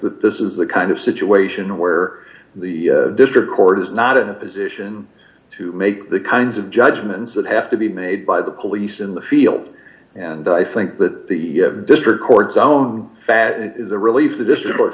that this is the kind of situation where the district court is not in a position to make the kinds of judgments that have to be made by the police in the field and i think that the district courts own fat and the relief the distr